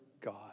God